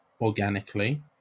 organically